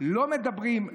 לא מדברים,